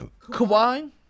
Kawhi